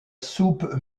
soupe